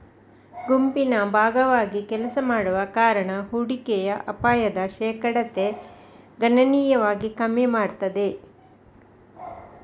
ಗುಂಪಿನ ಭಾಗವಾಗಿ ಕೆಲಸ ಮಾಡುವ ಕಾರಣ ಹೂಡಿಕೆಯ ಅಪಾಯದ ಶೇಕಡತೆ ಗಣನೀಯವಾಗಿ ಕಮ್ಮಿ ಮಾಡ್ತದೆ